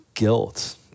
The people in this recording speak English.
guilt